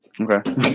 Okay